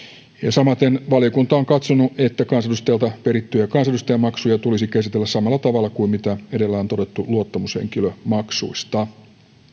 samaten valiokunta on katsonut että kansanedustajilta perittyjä kansanedustajamaksuja tulisi käsitellä samalla tavalla kuin mitä edellä on todettu luottamushenkilömaksuista